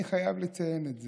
אני חייב לציין את זה.